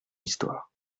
histoire